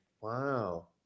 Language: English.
Wow